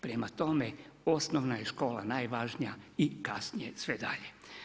Prema tome, osnovna škola je najvažnija i kasnije sve dalje.